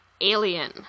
Alien